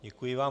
Děkuji vám.